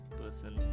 person